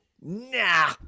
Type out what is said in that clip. nah